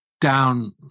down